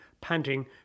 panting